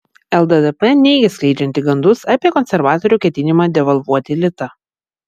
lddp neigia skleidžianti gandus apie konservatorių ketinimą devalvuoti litą